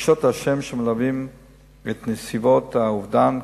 רגשות אשם שמלווים את נסיבות האובדן,